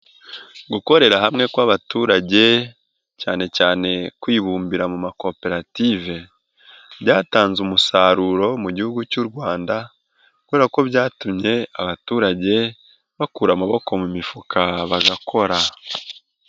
Gukorera hamwe kw'abaturage cyane cyane kwibumbira mu makoperative byatanze umusaruro mu gihugu cy'u Rwanda kubera ko byatumye abaturage bakura amaboko mu mifuka bagakora.